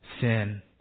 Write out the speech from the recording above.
sin